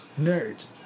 nerds